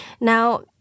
Now